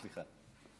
סליחה.